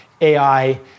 AI